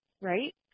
right